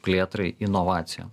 plėtrai inovacijom